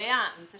לגבי הנושא